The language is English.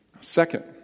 Second